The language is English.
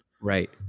Right